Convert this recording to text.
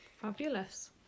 Fabulous